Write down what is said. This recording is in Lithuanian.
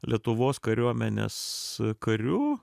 lietuvos kariuomenės kariu